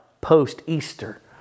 post-Easter